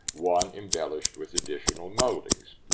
one embellished with additional moldings.